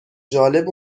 جالب